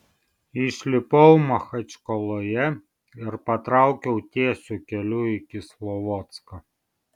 išlipau machačkaloje ir patraukiau tiesiu keliu į kislovodską